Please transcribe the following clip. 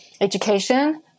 education